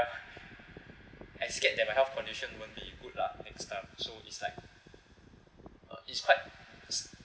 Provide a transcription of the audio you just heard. I'm scared that my health condition won't be good lah and stuff so it's like uh it's quite